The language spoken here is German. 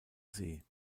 see